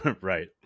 Right